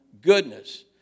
goodness